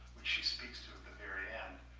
which she speaks to at the very end,